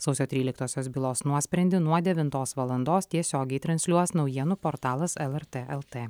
sausio tryliktosios bylos nuosprendį nuo devintos valandos tiesiogiai transliuos naujienų portalas lrt lt